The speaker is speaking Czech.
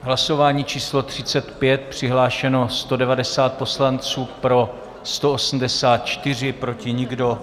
Hlasování číslo 35, přihlášeno 190 poslanců, pro 184, proti nikdo.